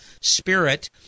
spirit